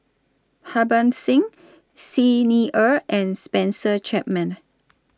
Harbans Singh Xi Ni Er and Spencer Chapman